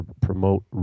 promote